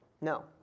No